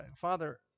Father